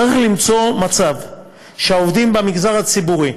צריך ליצור מצב שהעובדים במגזר הציבורי,